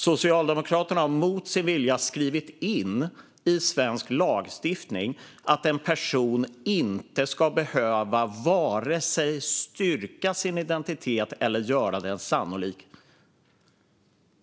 Socialdemokraterna har mot sin vilja skrivit in i svensk lagstiftning att en person inte ska behöva vare sig styrka sin identitet eller göra den sannolik.